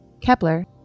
Kepler